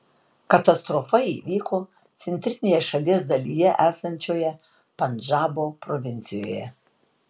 katastrofa įvyko centrinėje šalies dalyje esančioje pandžabo provincijoje